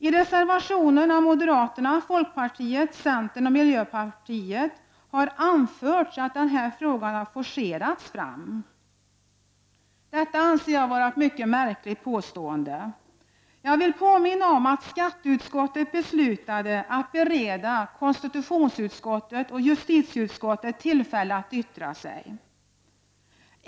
I reservationen av moderaterna, folkpartiet, centern och miljöpartiet har anförts att denna fråga har forcerats fram. Detta anser jag vara ett mycket märkligt påstående. Jag vill påminna om att skatteutskottet beslutade att bereda konstitutionsutskottet och justitieutskottet tillfälle att yttra sig.